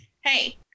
Hey